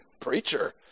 Preacher